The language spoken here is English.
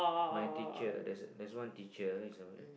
my teacher there is there is one teacher is like